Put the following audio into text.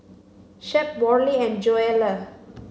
Shep Worley and Joelle